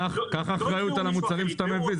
קח אחריות על המוצרים שאתה מביא,